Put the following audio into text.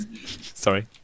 Sorry